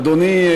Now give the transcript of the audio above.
אדוני,